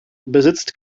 besitzt